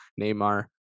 Neymar